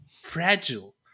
fragile